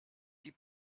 die